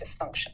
dysfunction